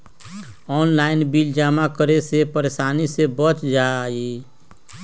Online bill जमा करे से परेशानी से बच जाहई?